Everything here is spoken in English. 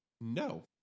No